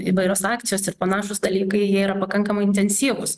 įvairios akcijos ir panašūs dalykai jie yra pakankamai intensyvūs